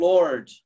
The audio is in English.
Lord